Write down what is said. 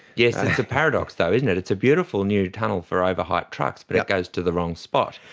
yes, it's a paradox though, isn't it? it's a beautiful new tunnel for over-height trucks but it goes to the wrong spot.